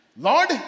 lord